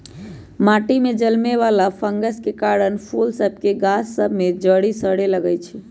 माटि में जलमे वला फंगस के कारन फूल सभ के गाछ सभ में जरी सरे लगइ छै